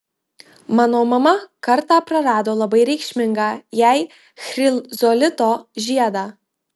mano mama kartą prarado labai reikšmingą jai chrizolito žiedą